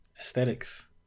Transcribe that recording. aesthetics